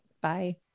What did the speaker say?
Bye